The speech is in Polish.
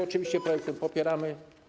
Oczywiście projekt ten popieramy.